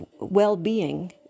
well-being